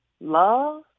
Love